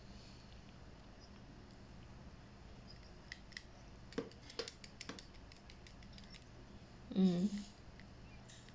mm